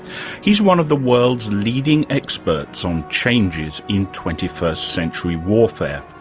he's one of the world's leading experts on changes in twenty first century warfare.